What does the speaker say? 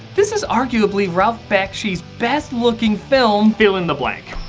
this is arguably ralph bakshi's best looking film, fill in the blank.